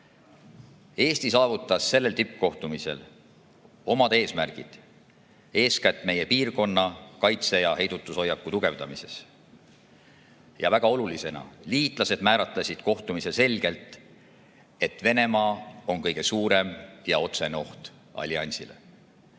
Eesti saavutas sellel tippkohtumisel oma eesmärgid, eeskätt meie piirkonna kaitse‑ ja heidutushoiaku tugevdamises. Väga olulisena: liitlased määratlesid kohtumisel selgelt, et Venemaa on kõige suurem ja otsene oht alliansile.